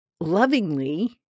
Lovingly